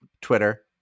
Twitter